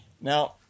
Now